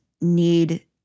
need